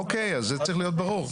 אוקיי, אז זה צריך להיות ברור.